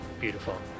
Beautiful